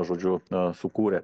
žodžiu sukūrė